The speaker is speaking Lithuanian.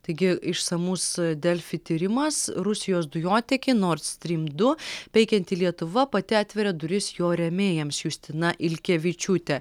taigi išsamus delfi tyrimas rusijos dujotiekį nord strym du peikianti lietuva pati atveria duris jo rėmėjams justina ilkevičiūtė